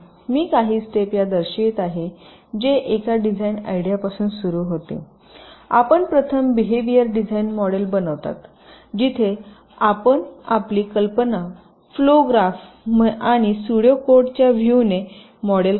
मी काही स्टेप या दर्शवित आहे जे एका डिझाइन आयडियापासून सुरू होते आपण प्रथम बिहेवियर डिझाइन मॉडेल बनवतात जिथे आपण आपली कल्पना फ्लो ग्राफ आणि स्यूडो कोड च्या व्हिव ने मॉडेल करता